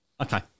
Okay